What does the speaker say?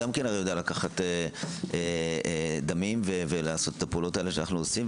גם אני יודע לקחת דמים ולעשות את הפעולות שאנו עושים,